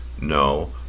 No